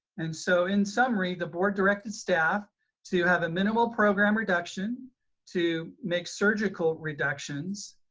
and so in summary, the board directed staff to have a minimal program reduction to make surgical reductions